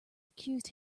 accused